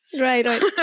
Right